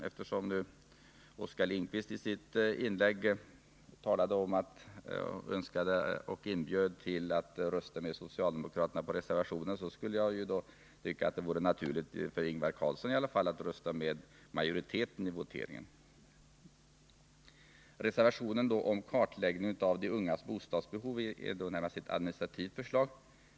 Eftersom Oskar Lindkvist i sitt inlägg inbjöd till att rösta med socialdemokraterna på reservationen vill jag säga att jag tycker det vore naturligt i alla fall för Ingvar Carlsson att rösta med majoriteten i voteringen. Reservationen om en kartläggning av de ungas bostadsbehov gäller ett närmast administrativt förslag.